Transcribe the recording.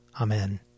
Amen